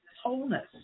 wholeness